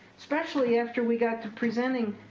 especially after we got to presenting